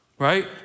right